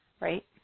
right